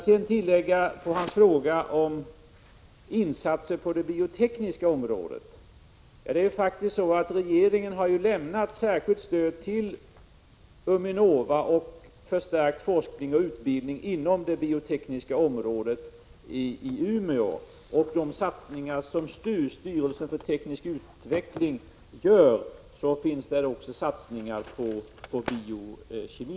Beträffande hans fråga om insatser på det biotekniska området vill jag tillägga: Regeringen har lämnat särskilt stöd till Uminova och till förstärkt forskning och utveckling på det biotekniska området i Umeå. Inom de satsningar som STU, styrelsen för teknisk utveckling, gör finns också satsningar på biokemi.